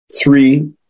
three